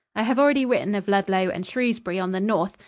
i have already written of ludlow and shrewsbury on the north,